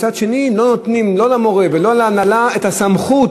מצד שני לא נותנים לא למורה ולא להנהלה את הסמכות